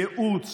ייעוץ,